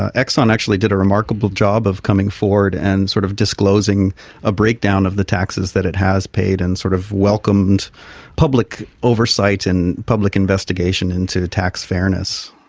ah exxon actually did a remarkable job of coming forward and sort of disclosing a breakdown of the taxes that it has paid and sort of welcomed public oversight and public investigation into tax fairness.